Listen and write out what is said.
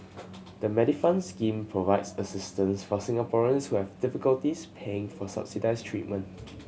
the Medifund scheme provides assistance for Singaporeans who have difficulties paying for subsidized treatment